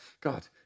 God